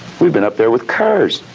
we've been up there with cars,